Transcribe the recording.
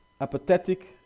apathetic